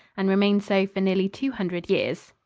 and remained so for nearly two hundred years.